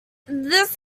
this